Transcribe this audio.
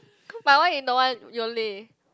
but why you don't want Yole